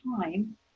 time